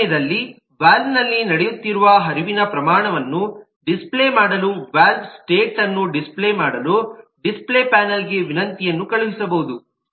ಅದೇ ಸಮಯದಲ್ಲಿ ವಾಲ್ವ್ನಲ್ಲಿ ನಡೆಯುತ್ತಿರುವ ಹರಿವಿನ ಪ್ರಮಾಣವನ್ನು ಡಿಸ್ಪ್ಲೇ ಮಾಡಲು ವಾಲ್ವ್ ಸ್ಸ್ಟೇಟ್ ಅನ್ನು ಡಿಸ್ಪ್ಲೇ ಮಾಡಲು ಡಿಸ್ಪ್ಲೇ ಪ್ಯಾನಲ್ಗೆ ವಿನಂತಿಯನ್ನು ಕಳುಹಿಸಬಹುದು